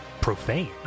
profane